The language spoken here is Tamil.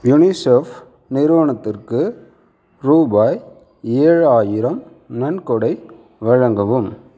யூனிசெஃப் நிறுவனத்திற்கு ரூபாய் ஏழாயிரம் நன்கொடை வழங்கவும்